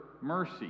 mercy